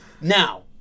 Now